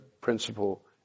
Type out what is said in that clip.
principle